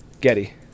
Getty